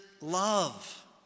love